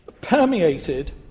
permeated